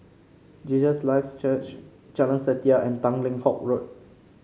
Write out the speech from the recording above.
Jesus Lives Church Jalan Setia and Tanglin Halt Road